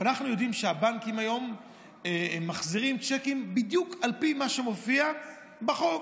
ואנחנו יודעים שהבנקים היום מחזירים צ'קים בדיוק על פי מה שמופיע בחוק.